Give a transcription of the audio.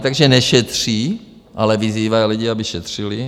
Takže nešetří, ale vyzývají lidi, aby šetřili.